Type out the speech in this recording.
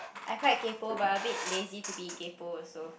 I quite kaypoh but I a bit lazy to be kaypoh also